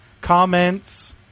comments